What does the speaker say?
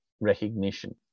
recognition